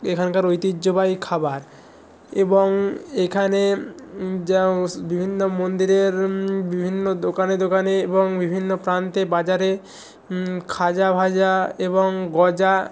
এখানকার ঐতিহ্যবাহী খাবার এবং এখানে যা বিভিন্ন মন্দিরের বিভিন্ন দোকানে দোকানে এবং বিভিন্ন প্রান্তে বাজারে খাজা ভাজা এবং গজা